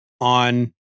on